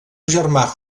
germà